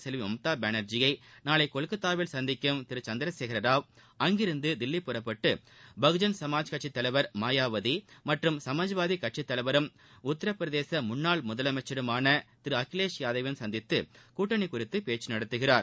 செல்வி மம்தா பானர்ஜியை மேற்குவங்க நாளை கொல்கத்தாவில் சந்திக்கும் திரு சந்திரசேகர ராவ் அங்கிருந்து தில்லி புறப்பட்டு பகுஜன் சமாஜ் கட்சி தலைவர் மாயாவதி மற்றும் சமாஜ்வாதி கட்சித்தலைவரும் உத்தரப்பிரதேச முன்னாள் திரு அகிலேஷ் யாதவையும் சந்தித்து கூட்டணி குறித்து பேச்சு நடத்துகிறார்